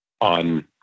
on